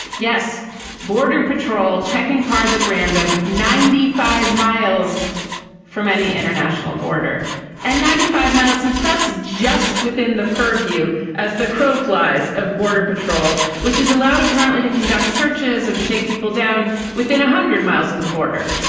yes border patrol checking cars at random. ninety five miles from any international border and ninety five miles since that's just within the purview as the crow flies of border patrol patrol which is allowed apparently to conduct searches and shake people down within one hundred miles of the border.